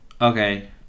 Okay